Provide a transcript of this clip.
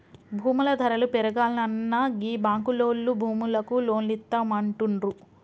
భూముల ధరలు పెరుగాల్ననా గీ బాంకులోల్లు భూములకు లోన్లిత్తమంటుండ్రు